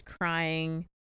crying